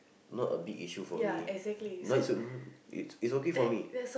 not a big issue for me not is a it's okay for me